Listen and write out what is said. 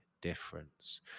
difference